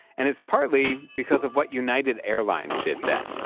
and it's partly because of what united airlines did then.